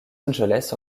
angeles